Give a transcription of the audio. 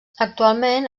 actualment